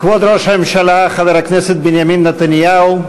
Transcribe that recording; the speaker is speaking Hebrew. כבוד ראש הממשלה חבר הכנסת בנימין נתניהו,